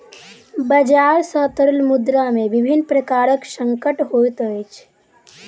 बजार सॅ तरल मुद्रा में विभिन्न प्रकारक संकट होइत अछि